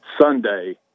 Sunday